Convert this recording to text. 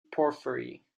porphyry